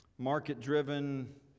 market-driven